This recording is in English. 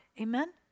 Amen